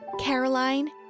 caroline